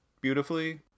beautifully